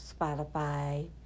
Spotify